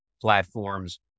platforms